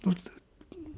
no the